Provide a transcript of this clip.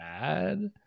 bad